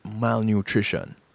malnutrition